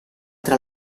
tra